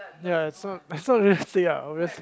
ya so like so unrealistic ah obvious